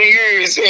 years